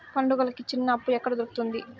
పండుగలకి చిన్న అప్పు ఎక్కడ దొరుకుతుంది